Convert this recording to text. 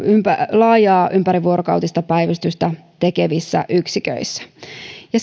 laajaa ympärivuorokautista päivystystä tekevissä yksiköissä ja